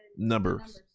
numbers.